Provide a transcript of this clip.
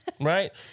Right